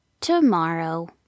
tomorrow